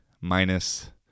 minus